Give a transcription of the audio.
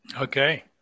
Okay